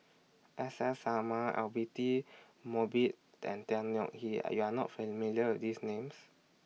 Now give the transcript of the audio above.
S S Sarma Abidi Mosbit and Tan Yeok Hee Are YOU Are not familiar with These Names